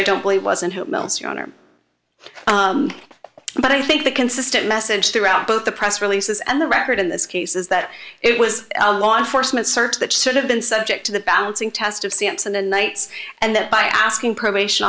i don't believe was and who else your honor but i think the consistent message throughout both the press releases and the record in this case is that it was a law enforcement search that should have been subject to the balancing test of sampson and knights and that by asking probation